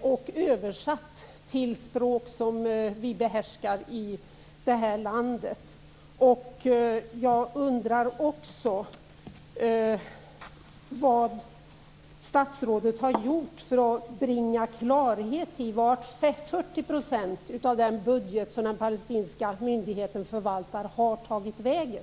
och översatt till något språk som vi behärskar i det här landet? Jag undrar också vad statsrådet har gjort för att bringa klarhet i var de 40 % av den budget som palestinska myndigheter förvaltar har tagit vägen.